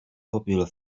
popular